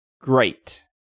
great